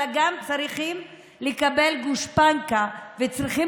אלא גם צריכים לקבל גושפנקה וצריכים